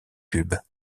pubs